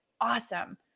awesome